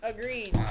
Agreed